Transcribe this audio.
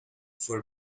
for